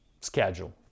schedule